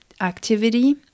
activity